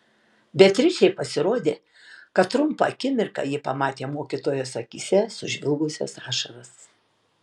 beatričei pasirodė kad trumpą akimirką ji pamatė mokytojos akyse sužvilgusias ašaras